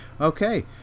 Okay